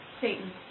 Satan